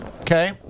okay